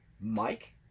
Mike